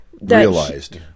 realized